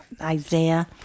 Isaiah